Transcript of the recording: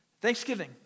Thanksgiving